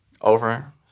over